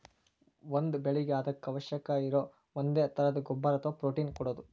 ಒಂದ ಬೆಳಿಗೆ ಅದಕ್ಕ ಅವಶ್ಯಕ ಇರು ಒಂದೇ ತರದ ಗೊಬ್ಬರಾ ಅಥವಾ ಪ್ರೋಟೇನ್ ಕೊಡುದು